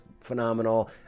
phenomenal